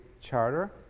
charter